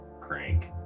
crank